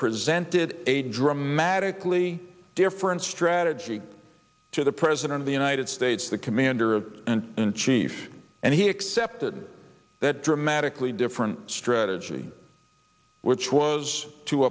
presented a dramatically different strategy to the president of the united states the commander of and in chief and he accepted that dramatically different strategy which was to